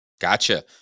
Gotcha